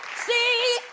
see